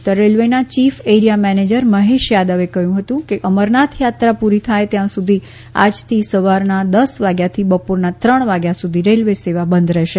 ઉત્તર રેલવેના chief area manager Mahesh યાદવે કહ્યું કે અમરનાથ યાત્રા પુરી થાય ત્યાં સુધી આજથી સવારના દસ વાગ્યાથી બપોરના ત્રણ વાગ્યા સુધી રેલવે સેવા બંધ રહેશે